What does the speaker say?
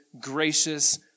gracious